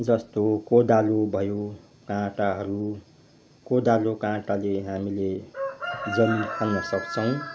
जस्तो कोदालो भयो काँटाहरू कोदालो काँटाले हामीले जमिन खन्न सक्छौँ